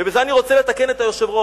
ובזה אני רוצה לתקן את היושב-ראש.